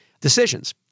decisions